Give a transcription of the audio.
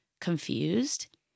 confused